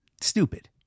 Stupid